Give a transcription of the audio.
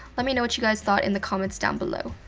let me know what you guys thought in the comments down below.